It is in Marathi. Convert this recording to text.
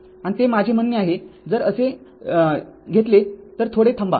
आणि ते माझे म्हणणे आहे जर असे हलवले तर थोडे थांबा